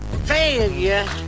failure